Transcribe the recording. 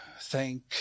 thank